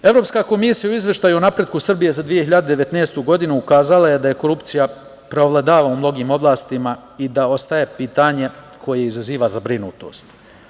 Evropska komisija u izveštaju o napretku Srbije za 2019. godine je ukazala da korupcija preovladava u mnogim oblastima i da ostaje pitanje koje izaziva zabrinutost.